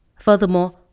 Furthermore